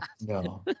no